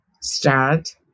start